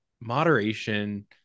moderation